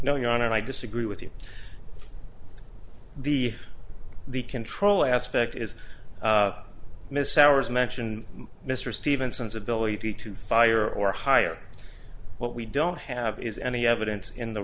knowing on and i disagree with you the the control aspect is miss hours mentioned mr stevenson's ability to fire or hire what we don't have is any evidence in the